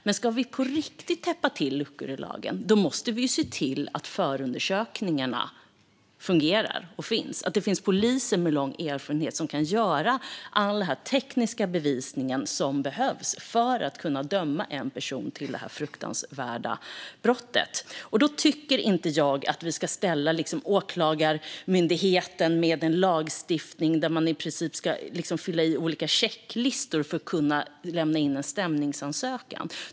Men om vi på riktigt ska täppa till luckor i lagen måste vi se till att förundersökningarna fungerar och att det finns poliser med lång erfarenhet som kan hantera all den tekniska bevisning som behövs för att döma en person för detta fruktansvärda brott. Jag tycker inte att vi ska ställa Åklagarmyndigheten inför en lagstiftning där man i princip ska fylla i olika checklistor för att kunna lämna in en stämningsansökan.